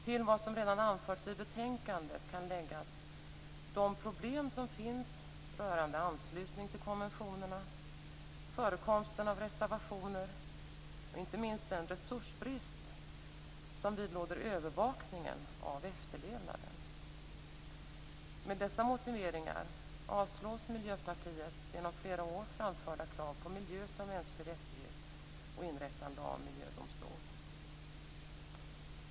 Till vad som redan anförts i betänkandet kan läggas de problem som finns rörande anslutning till konventionerna, förekomsten av reservationer och inte minst den resursbrist som vidlåder övervakningen av efterlevnaden. Med dessa motiveringar avstyrks Miljöpartiets krav som har framförts under flera år på miljö som mänsklig rättighet och inrättandet av en miljödomstol.